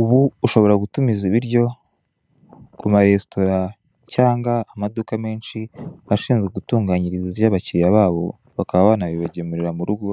Ubu ushobora gutumiza ibiryo kuma resitora cyangwa amaduka menshi ashinzwe gutunganyiriza ibiryo abakiriya babo bakaba banabibagemurira murugo